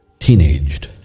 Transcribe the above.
teenaged